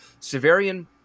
severian